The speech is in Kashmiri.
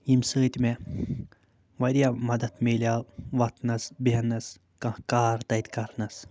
ییٚمہِ سۭتۍ مےٚ واریاہ مدتھ مِلیو وَتھنَس بیٚہنَس کانٛہہ کار تَتہِ کَرنَس